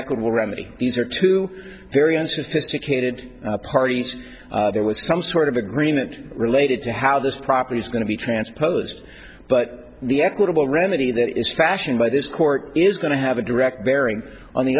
equitable remedy these are two very unsophisticated parties there with some sort of agreement related to how this property is going to be transposed but the equitable remedy that is fashion by this court is going to have a direct bearing on the